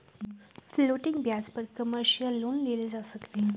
floating ब्याज पर commercial loan लेल जा सकलई ह